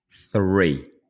Three